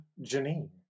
Janine